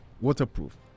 waterproof